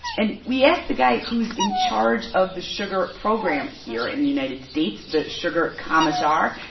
and we asked the guy who's in charge of the sugar program here in the united states, the sugar commissar,